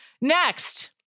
Next